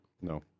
No